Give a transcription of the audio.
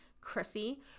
Chrissy